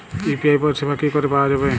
UPI পরিষেবা কি করে পাওয়া যাবে?